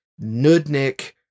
nudnik